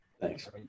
Thanks